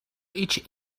each